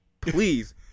please